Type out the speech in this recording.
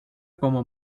como